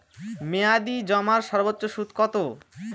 মেয়াদি জমার সর্বোচ্চ সুদ কতো?